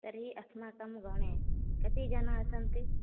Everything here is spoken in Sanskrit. तर्हि अस्माकं भवने कति जनाः सन्ति